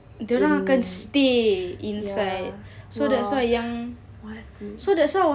hmm ya !wah! !wah! that's good